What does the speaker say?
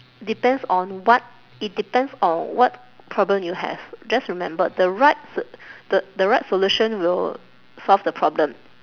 depends on what it depends on what problem you have just remember the right so~ the the right solution will solve the problem